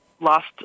lost